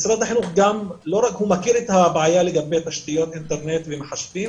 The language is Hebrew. משרד החינוך לא רק שמכיר את הבעיה לגבי תשתיות האינטרנט והמחשבים,